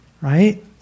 Right